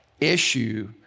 issue